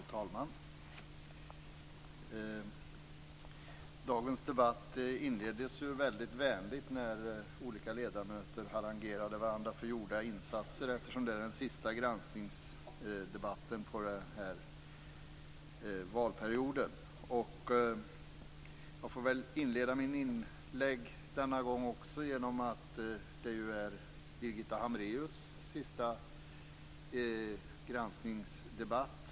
Fru talman! Dagens debatt inleddes mycket vänligt när olika ledamöter harangerade varandra för gjorda insatser, eftersom det är den sista granskningsdebatten den här valperioden. Jag får väl också denna gång inleda mitt inlägg på det sättet. Det är ju Birgitta Hambræus sista granskningsdebatt.